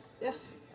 Yes